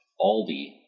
Aldi